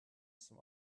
some